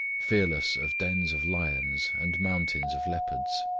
fearless of dens of lions and mountains of leopards.